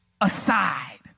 aside